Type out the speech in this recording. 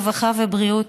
הרווחה והבריאות,